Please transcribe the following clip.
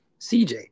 CJ